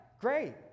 great